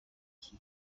气体